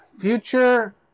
future